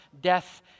death